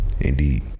Indeed